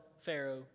Pharaoh